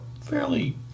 fairly